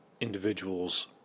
individuals